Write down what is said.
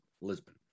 Lisbon